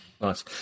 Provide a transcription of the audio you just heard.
Nice